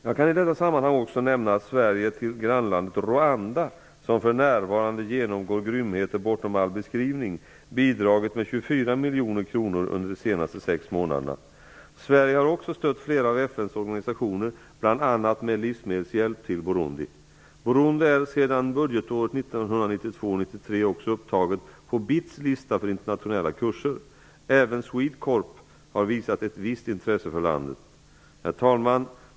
Jag kan i detta sammanhang också nämna att Sverige till grannlandet Rwanda, som för närvarande genomgår grymheter bortom all beskrivning, bidragit med 24 miljoner kronor under de senaste sex månaderna. Sverige har också stött flera av FN:s organisationer bl.a. med livsmedelhjälp till Burundi. Burundi är sedan budgetåret 1992/93 också upptaget på BITS lista för internationella kurser. Även Swedecorp har visat ett visst intresse för landet. Herr talman!